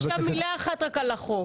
רק מילה אחת על החוק.